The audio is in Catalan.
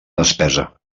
despesa